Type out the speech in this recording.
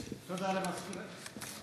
הצעת חוק נפגעי אסון טבע (סיוע לבני משפחה),